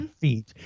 feet